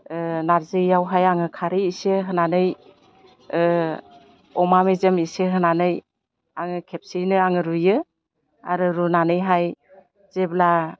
नारजिआवहाय आङो खारै एसे होनानै अमा मेजेम एसे होनानै आङो खेबसेयैनो आङो रुयो आरो रुनानैहाय जेब्ला